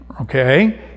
okay